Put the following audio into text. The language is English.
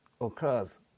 occurs